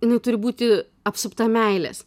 jinai turi būti apsupta meilės